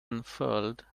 unfurled